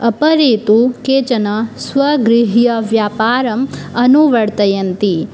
अपरे तु केचन स्वगृहीयव्यापारम् अनुवर्तयन्ति